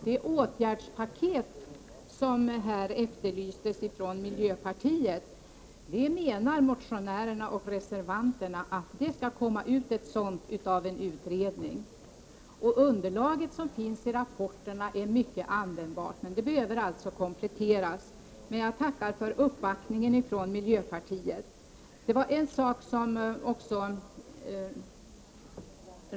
Herr talman! Miljöpartiet efterlyste ett åtgärdspaket. Motionärerna och reservanterna anser att ett sådant skall bli resultatet av en utredning. Det underlag som finns i rapporterna är mycket användbart, men det behöver alltså kompletteras. Jag tackar i alla fall för uppbackningen från miljöpartiet.